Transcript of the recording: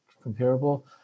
comparable